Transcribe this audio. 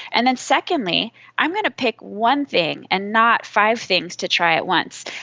and then secondly i'm going to pick one thing and not five things to try at once.